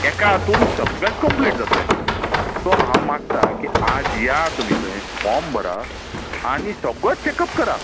एका हातुन सगळें कंप्लीट जातले सो हांव मागता की आज येयात तुमी थंय फोर्म भरात आनी सगळो चॅकअप करात